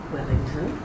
Wellington